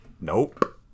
nope